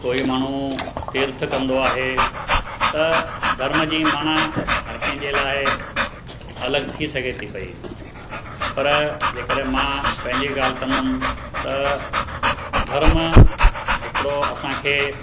कोई माण्हू तीर्थ कंदो आहे त धर्म जी माना हर कंहिंजे लाइ अलॻि थी सघे थी पई पर जंहिं करे मां पंहिंजी ॻाल्हि कंदुमि त धर्म हिकिड़ो असांखे